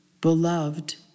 beloved